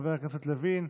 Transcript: חבר הכנסת לוין,